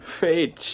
Fate